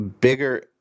bigger